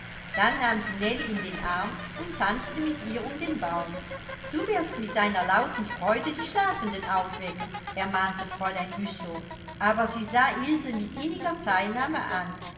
dann nahm sie nellie in den arm und tanzte mit ihr um den baum du wirst mit deiner lauten freude die schlafenden aufwecken ermahnte fräulein güssow aber sie sah ilse mit inniger teilnahme an